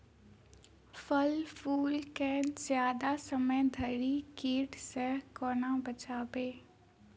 फल फुल केँ जियादा समय धरि कीट सऽ कोना बचाबी?